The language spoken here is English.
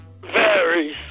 varies